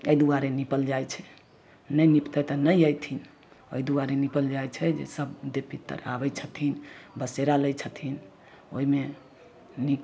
एहि दुआरे निपल जाइ छै नहि निपतै तऽ नहि अएथिन ओहि दुआरे निपल जाइ छै जाहिसँ सब देव पितर आबै छथिन बसेरा लै छथिन ओहिमे नीक